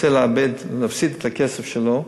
רוצה להפסיד את הכסף שלו,